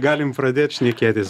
galim pradėt šnekėtis